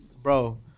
Bro